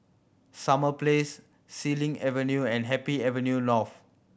Summer Place Xilin Avenue and Happy Avenue North